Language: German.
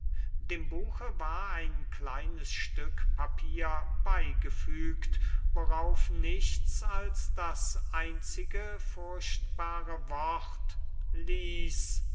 dem buche war ein kleines stück papier beygefügt worauf nichts als das einzige furchtbare wort lies